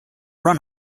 run